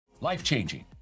Life-changing